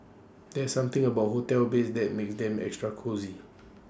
there's something about hotel beds that makes them extra cosy